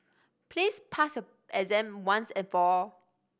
please pass your exam once and for all